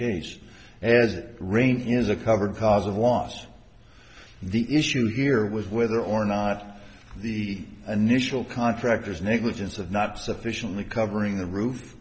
case as it rain is a covered cause of loss the issue here was whether or not the initial contractor's negligence of not sufficiently covering the roof